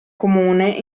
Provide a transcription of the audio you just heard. comune